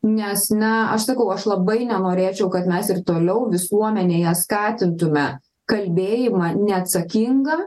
nes na aš sakau aš labai nenorėčiau kad mes ir toliau visuomenėje skatintume kalbėjimą neatsakingą